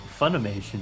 Funimation